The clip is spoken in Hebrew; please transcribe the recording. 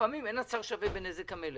לפעמים אין הצער שווה בנזק המלך.